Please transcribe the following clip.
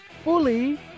Fully